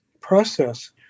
process